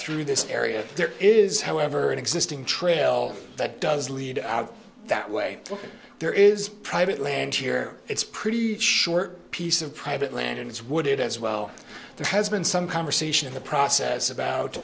through this area there is however an existing trail that does lead out that way there is private land here it's pretty short piece of private land and it's wooded as well there has been some conversation in the process about